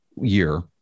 year